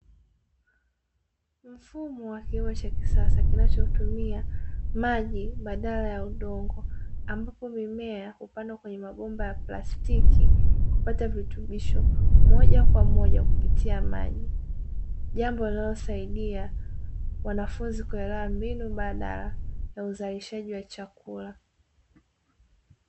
Mfumo wa kilimo cha kisasa kinachoutumia maji badala ya udongo ambapo, mimea hupandwa kwenye mabomba ya plastiki kupata virutubisho moja kwa moja kupitia maji, jambo linalosaidia wanafunzi kuelewa mbinu mbadala ya uzalishaji wa chakula.